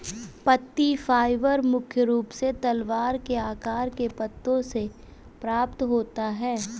पत्ती फाइबर मुख्य रूप से तलवार के आकार के पत्तों से प्राप्त होता है